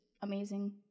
amazing